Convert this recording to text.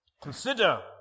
Consider